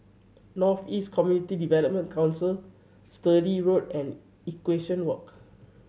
North East Community Development Council Sturdee Road and Equestrian Walk